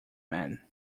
man